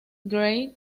gray